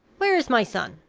where is my son?